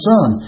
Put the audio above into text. Son